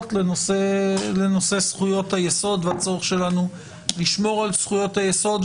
לנושא זכויות היסוד והצורך שלנו לשמור על זכויות היסוד.